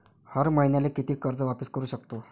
हर मईन्याले कितीक कर्ज वापिस करू सकतो?